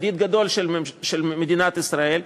ידיד גדול של מדינת ישראל,